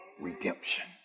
redemption